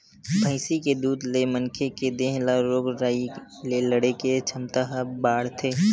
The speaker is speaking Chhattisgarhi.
भइसी के दूद ले मनखे के देहे ल रोग राई ले लड़े के छमता ह बाड़थे